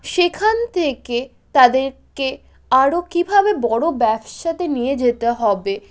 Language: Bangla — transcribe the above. সেখান থেকে তাদেরকে আরো কিভাবে বড়ো ব্যবসাতে নিয়ে যেতে হবে